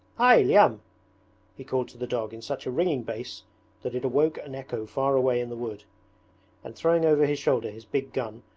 hy, lyam he called to the dog in such a ringing bass that it awoke an echo far away in the wood and throwing over his shoulder his big gun,